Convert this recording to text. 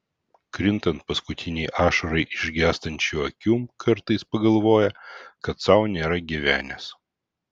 krintant paskutinei ašarai iš gęstančių akių kartais pagalvoja kad sau nėra gyvenęs